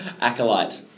acolyte